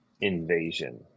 Invasion